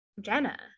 Jenna